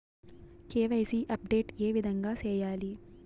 KYC update ఏ విధంగా సేయాలి?